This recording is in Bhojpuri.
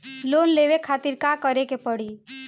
लोन लेवे खातिर का करे के पड़ी?